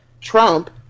Trump